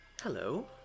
Hello